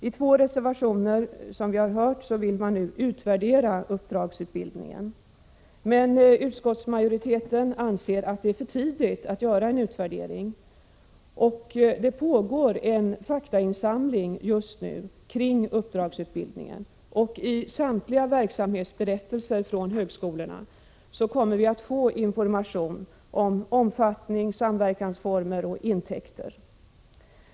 I två reservationer krävs som vi har hört att man nu skall utvärdera uppdragsutbildningen. Utskottsmajoriteten däremot anser att det är för tidigt att göra en utvärdering. Det pågår för närvarande en faktainsamling kring uppdragsutbildning. I samtliga verksamhetsberättelser från högskolorna kommer vi vidare att få information om dess omfattning, samverkansformer och intäkter.